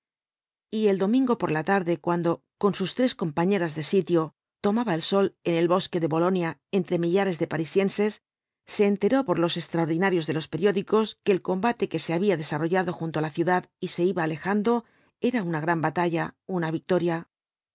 y el domingo por la tarde cuando con sus tres compañeras de sitio tomaba el sol en el bosque de bolonia entre millares de parisienses se enteró por los extraordinarios de los periódicos que el combate que se había desarrollado junto á la ciudad y se iba alejando era una gran batalla una victoria